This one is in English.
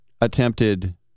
attempted